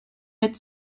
mit